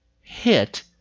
hit